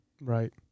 Right